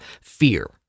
fear